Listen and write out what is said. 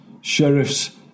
sheriffs